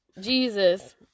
Jesus